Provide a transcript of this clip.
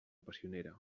passionera